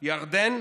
ירדן,